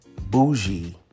bougie